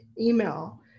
email